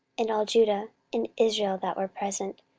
and all judah and israel that were present,